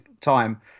time